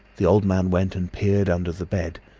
the old man went and peered under the bed,